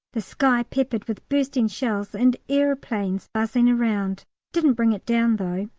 the sky peppered with bursting shells, and aeroplanes buzzing around didn't bring it down though.